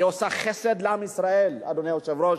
היא עושה חסד לעם ישראל, אדוני היושב-ראש,